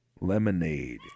lemonade